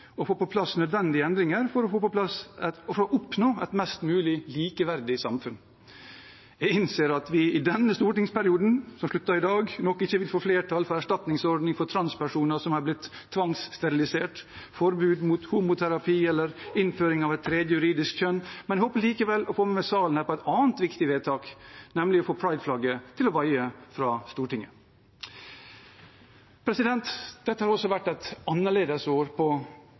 få på plass nødvendige endringer for å oppnå et mest mulig likeverdig samfunn. Jeg innser at vi i denne stortingsperioden, som slutter i dag, nok ikke vil få flertall for en erstatningsordning for transpersoner som er blitt tvangssterilisert, forbud mot homoterapi eller innføring av et tredje juridisk kjønn. Jeg håper likevel å få med salen på et annet viktig vedtak, nemlig å få Pride-flagget til å vaie fra Stortinget. Dette har vært et annerledes år på